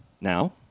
Now